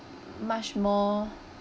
m~ much more